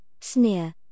sneer